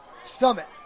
Summit